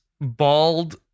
bald